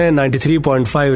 93.5